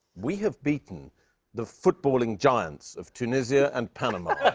we have beaten the footballing giants of tunisia and panama.